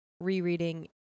rereading